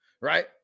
Right